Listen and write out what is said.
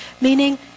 Meaning